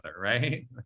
right